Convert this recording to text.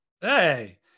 Hey